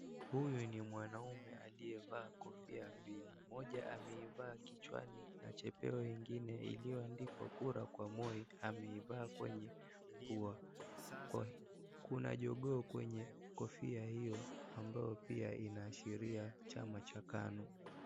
Huyu ni mwanaume aliyevaa kofia mbili; moja ameivaa kichwani na chepeo ingine iliyoandikwa "Kura kwa Moi" ameivaa kwenye pua. Kuna jogoo kwenye kofia hiyo ambayo pia inaashiria Chama cha Kanu.